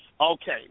Okay